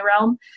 realm